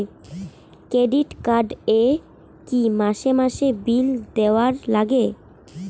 Credit card এ কি মাসে মাসে বিল দেওয়ার লাগে?